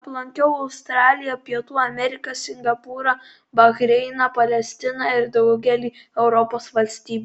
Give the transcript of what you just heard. aplankiau australiją pietų ameriką singapūrą bahreiną palestiną ir daugelį europos valstybių